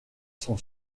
son